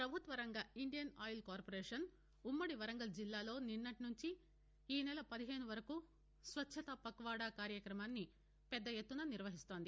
ప్రభుత్వ రంగ Indian Oil Corporation ఉమ్మడి వరంగల్ జిల్లాలో నిన్నటి నుండి ఈ నెల పదిహేను వరకు స్వచ్ఛత పక్వాడా కార్యమాన్ని పెద్ద ఎత్తున నిర్వహిస్తోంది